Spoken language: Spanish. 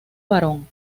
barón